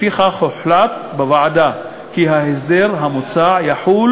לפיכך הוחלט בוועדה כי ההסדר המוצע יחול